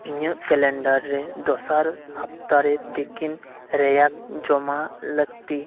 ᱤᱧᱟᱹᱜ ᱠᱮᱞᱮᱱᱰᱟᱨ ᱨᱮ ᱫᱚᱥᱟᱨ ᱦᱟᱯᱛᱟ ᱨᱮ ᱛᱤᱠᱤᱱ ᱨᱮᱭᱟᱜ ᱡᱚᱢᱟᱜ ᱞᱟᱹᱠᱛᱤ